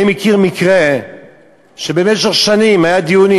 אני מכיר מקרה שבמשך שנים היו דיונים,